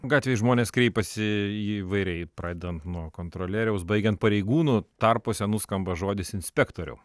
gatvėj žmonės kreipiasi įvairiai pradedant nuo kontrolieriaus baigiant pareigūnu tarpuose nuskamba žodis inspektoriau